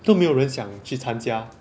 都没有人想去参加